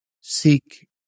seek